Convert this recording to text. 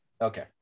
Okay